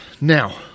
Now